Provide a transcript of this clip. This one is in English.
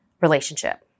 relationship